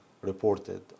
Reported